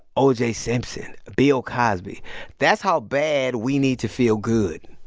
o j. simpson, bill cosby that's how bad we need to feel good.